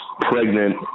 pregnant